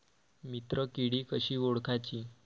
मित्र किडी कशी ओळखाची?